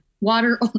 water